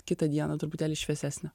kitą dieną truputėlį šviesesnę